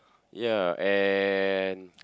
ya and